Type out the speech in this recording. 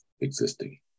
existing